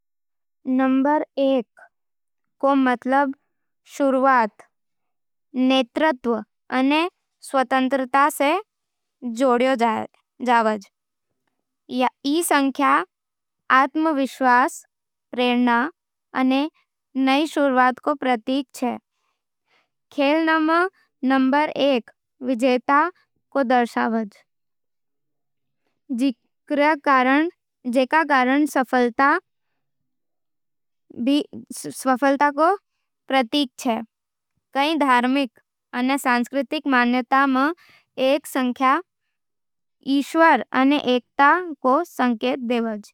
नंबर एक रो मतलब शुरुआत, नेतृत्व अने स्वतंत्रता सै जोड़ा जावे। ई संख्या आत्मविश्वास, प्रेरणा अने नई शुरुआत रो प्रतीक होवे। खेलां में नंबर एक विजेता रो दर्शावै, जिकरो सफलता रो प्रतीक होवे। कई धार्मिक अने सांस्कृतिक मान्यतावां में एक संख्या ईश्वर अने एकता रो संकेत देवै।